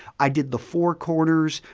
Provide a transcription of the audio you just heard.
i did the four corners.